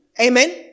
Amen